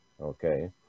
Okay